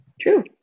True